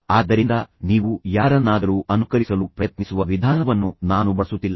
ಆದ್ದರಿಂದ ನೀವು ಯಾರನ್ನಾದರೂ ಅನುಕರಿಸಲು ಪ್ರಯತ್ನಿಸುವ ವಿಧಾನವನ್ನು ನಾನು ಬಳಸುತ್ತಿಲ್ಲ